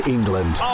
England